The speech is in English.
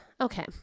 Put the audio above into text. Okay